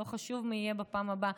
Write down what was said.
ולא חשוב מי יהיה בפעם הבאה,